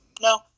no